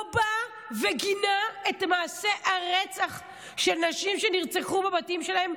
בא וגינה את מעשי הרצח של הנשים שנרצחו בבתים שלהן,